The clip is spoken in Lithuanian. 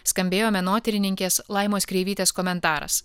skambėjo menotyrininkės laimos kreivytės komentaras